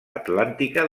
atlàntica